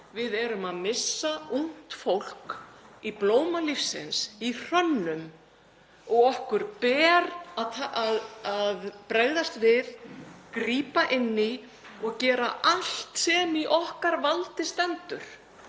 Við erum að missa ungt fólk í blóma lífsins í hrönnum og okkur ber að bregðast við, grípa inn í og gera allt sem í okkar valdi stendur